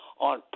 on